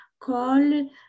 Call